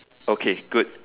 okay good